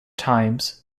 times